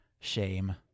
shame